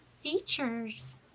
features